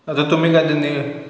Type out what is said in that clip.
आता तुम्ही काय त्यांनी